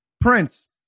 Prince